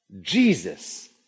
Jesus